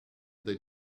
they